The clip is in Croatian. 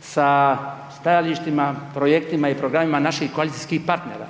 sa stajalištima, projektima i programima naših koalicijskih partnera.